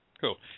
Cool